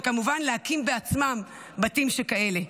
וכמובן להקים בעצמן בתים שכאלה.